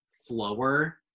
slower